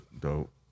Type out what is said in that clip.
dope